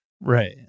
Right